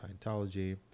Scientology